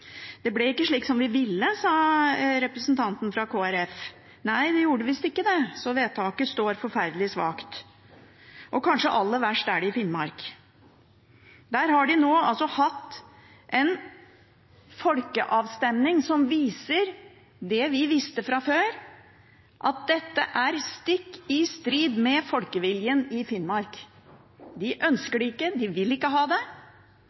Det ble ikke slik som de ville, sa representanten fra Kristelig Folkeparti. Nei, det gjorde visst ikke det, så vedtaket står forferdelig svakt. Og kanskje aller verst er det i Finnmark. Der har vi nå hatt en folkeavstemning som viser det vi visste fra før – at dette er stikk i strid med folkeviljen i Finnmark. De ønsker det ikke. De vil ikke ha det.